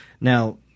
Now